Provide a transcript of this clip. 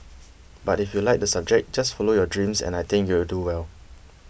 but if you like the subject just follow your dreams and I think you'll do well